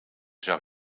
zou